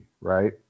right